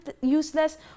useless